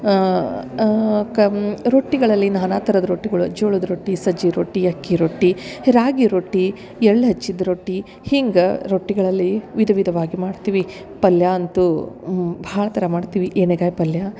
come ರೊಟ್ಟಿಗಳಲ್ಲಿ ನಾನಾ ಥರದ್ ರೊಟ್ಟಿಗಳು ಜೋಳದ ರೊಟ್ಟಿ ಸಜ್ಜಿ ರೊಟ್ಟಿ ಅಕ್ಕಿ ರೊಟ್ಟಿ ರಾಗಿ ರೊಟ್ಟಿ ಎಳ್ಳು ಹಚ್ಚಿದ ರೊಟ್ಟಿ ಹೀಗ ರೊಟ್ಟಿಗಳಲ್ಲಿ ವಿಧ ವಿಧವಾಗಿ ಮಾಡ್ತೀವಿ ಪಲ್ಯ ಅಂತು ಭಾಳ ಥರ ಮಾಡ್ತೀವಿ ಎಣೆಗಾಯಿ ಪಲ್ಯ